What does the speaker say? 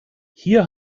hier